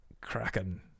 Kraken